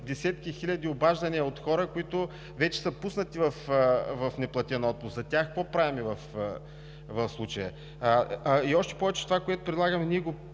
десетки хиляди обаждания от хора, които вече са пуснати в неплатен отпуск. За тях какво правим в случая? Още повече това, което предлагаме ние, го